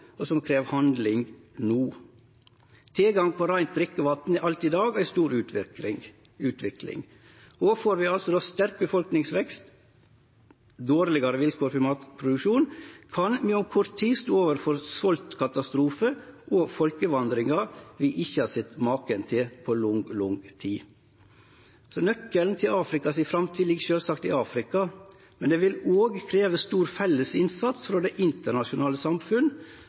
og som krev handling no. Tilgang på reint drikkevatn er alt i dag ei stor utfordring, og får vi ein sterk befolkningsvekst og dårlegare vilkår for matproduksjon, kan vi om kort tid stå overfor svoltkatastrofar og folkevandringar vi ikkje har sett maken til på lang, lang tid. Nøkkelen til Afrikas framtid ligg sjølvsagt i Afrika, men det vil òg krevjast ein stor felles innsats frå det internasjonale